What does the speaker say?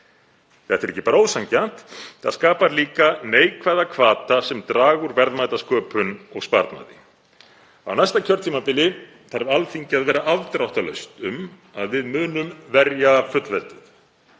Það er ekki bara ósanngjarnt, það skapar líka neikvæða hvata sem draga úr verðmætasköpun og sparnaði. Á næsta kjörtímabili þarf Alþingi að vera afdráttarlaust um að við munum verja fullveldið.